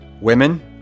Women